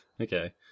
Okay